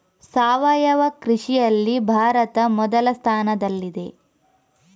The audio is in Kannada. ಸಾವಯವ ಕೃಷಿಯಲ್ಲಿ ಭಾರತ ಮೊದಲ ಸ್ಥಾನದಲ್ಲಿದೆ